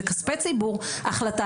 זה כספי ציבור לא יכולה להיות החלטה